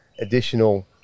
additional